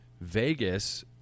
Vegas